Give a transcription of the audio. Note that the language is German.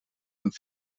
und